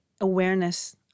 awareness